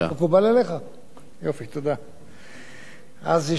אני ממשיך את התשובה.